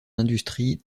industries